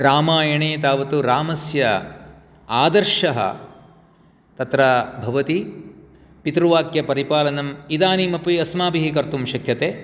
रामायणे तावत् रामस्य आदर्शः तत्र भवति पितृवाक्यपरिपालनम् इदानीम् अपि अस्माभिः कर्तुं शक्यते